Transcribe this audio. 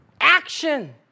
action